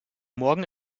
morgen